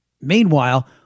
Meanwhile